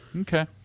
Okay